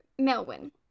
Melwin